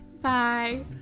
Bye